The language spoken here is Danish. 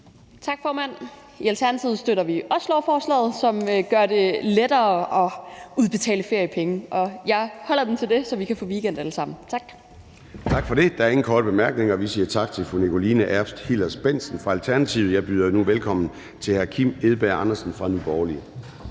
Tak, formand. I Alternativet støtter vi også lovforslaget, som gør det lettere at udbetale feriepenge. Og jeg holder mig ved det, så vi kan få weekend alle sammen. Tak. Kl. 13:21 Formanden (Søren Gade): Tak for det. Der er ingen korte bemærkninger, og vi siger tak til fru Nikoline Erbs Hillers-Bendtsen fra Alternativet. Jeg byder nu velkommen til hr. Kim Edberg Andersen fra Nye Borgerlige.